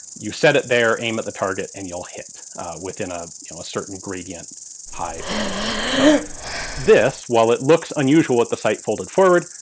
you set it there, aim at the target and you'll hit within a you know certain gradient high or low. so this, while it looks unusual with the sight folded forward,